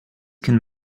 can